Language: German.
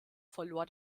verlor